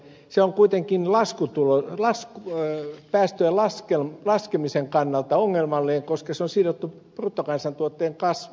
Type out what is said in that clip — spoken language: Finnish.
se on kuitenkin päästöjen laskemisen kannalta ongelmallinen koska se on sidottu bruttokansantuotteen kasvuun